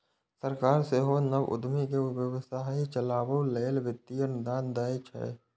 सरकार सेहो नव उद्यमी कें व्यवसाय चलाबै लेल वित्तीय अनुदान दै छै